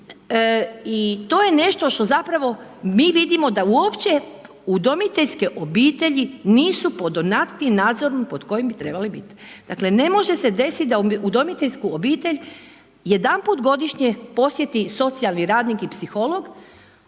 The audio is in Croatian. i to je nešto što zapravo mi vidimo da uopće udomiteljske obitelji nisu pod onakvim nadzorom pod kojim bi trebale biti. Dakle ne može se desiti da udomiteljsku obitelj jedanput godišnje posjeti socijalni radnik i psiholog